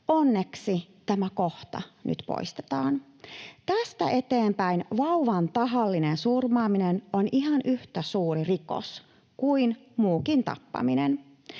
Onneksi tämä kohta nyt poistetaan. Tästä eteenpäin vauvan tahallinen surmaaminen on ihan yhtä suuri rikos kuin muukin tappaminen.